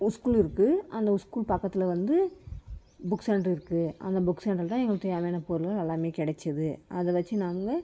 ஒரு ஸ்கூல் இருக்குது அந்த ஸ்கூல் பக்கத்தில் வந்து புக் சென்டர் இருக்குது அந்த புக் சென்டரில் தான் எங்களுக்கு தேவையான பொருள்கள் எல்லாமே கிடைச்சிது அதை வெச்சு நாங்கள்